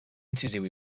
incisiu